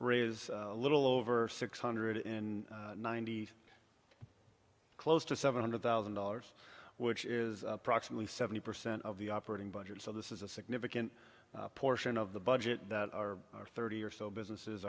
raise a little over six hundred in ninety eight close to seven hundred thousand dollars which is approximately seventy percent of the operating budget so this is a significant portion of the budget that our thirty or so businesses